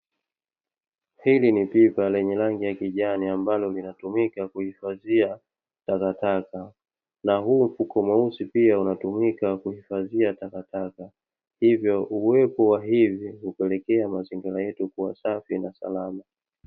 Hili ni pipa lenye rangi ya kijani ambalo linatumika kuhifadhia takataka, na huu mfuko mweusi pia unatumika kuhifadhia takataka, hivyo uwepo wa hivi hupelekwa mazingira yetu kuwa safi na salama.